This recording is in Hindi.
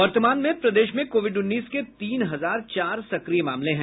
वर्तमान में प्रदेश में कोविड उन्नीस के तीन हजार चार सक्रिय मामले हैं